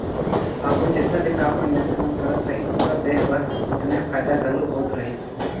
आघु जेतना भी काम मइनसे मन करत रहिन, ओकर देह बर ओतने फएदा घलो होत रहिस